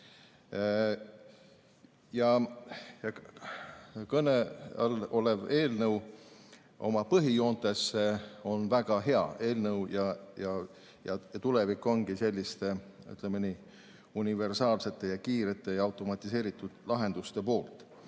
all olev eelnõu oma põhijoontes on väga hea eelnõu ja tulevik ongi selliste, ütleme nii, universaalsete, kiirete ja automatiseeritud lahenduste päralt.